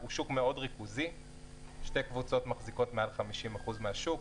שהוא שוק מאוד ריכוזי - שתי קבוצות מחזיקות מעל 50% מהשוק.